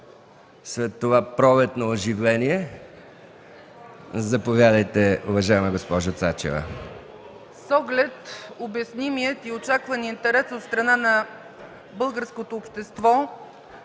след това пролетно оживление! Заповядайте, уважаема госпожо Цачева. ЦЕЦКА ЦАЧЕВА: С оглед обяснимият и очакван интерес от страна на българското общество,